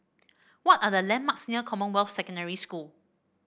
what are the landmarks near Commonwealth Secondary School